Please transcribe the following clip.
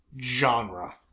genre